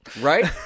Right